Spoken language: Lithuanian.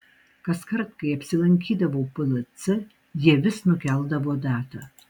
kaskart kai apsilankydavau plc jie vis nukeldavo datą